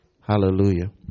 Hallelujah